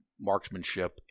marksmanship